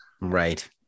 Right